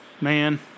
Man